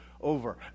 over